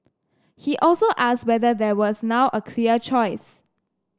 he also asked whether there was now a clear choice